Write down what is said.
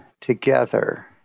together